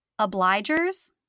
obligers